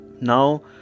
Now